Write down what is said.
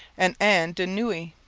and anne de noue,